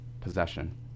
possession